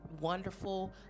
wonderful